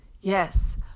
Yes